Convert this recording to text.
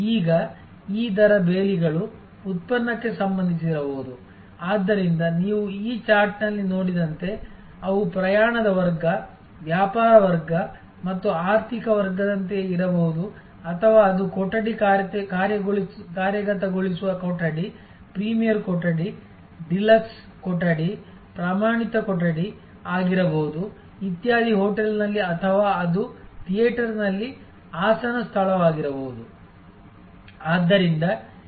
ಈಗ ಈ ದರ ಬೇಲಿಗಳು ಉತ್ಪನ್ನಕ್ಕೆ ಸಂಬಂಧಿಸಿರಬಹುದು ಆದ್ದರಿಂದ ನೀವು ಈ ಚಾರ್ಟ್ನಲ್ಲಿ ನೋಡಿದಂತೆ ಅವು ಪ್ರಯಾಣದ ವರ್ಗ ವ್ಯಾಪಾರ ವರ್ಗ ಮತ್ತು ಆರ್ಥಿಕ ವರ್ಗದಂತೆಯೇ ಇರಬಹುದು ಅಥವಾ ಅದು ಕೊಠಡಿ ಕಾರ್ಯಗತಗೊಳಿಸುವ ಕೊಠಡಿ ಪ್ರೀಮಿಯರ್ ಕೊಠಡಿ ಡಿಲಕ್ಸ್ ಕೊಠಡಿ ಪ್ರಮಾಣಿತ ಕೊಠಡಿ ಆಗಿರಬಹುದು ಇತ್ಯಾದಿ ಹೋಟೆಲ್ನಲ್ಲಿ ಅಥವಾ ಅದು ಥಿಯೇಟರ್ನಲ್ಲಿ ಆಸನ ಸ್ಥಳವಾಗಿರಬಹುದು